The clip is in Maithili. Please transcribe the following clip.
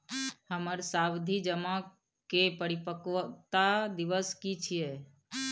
हमर सावधि जमा के परिपक्वता दिवस की छियै?